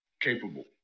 capable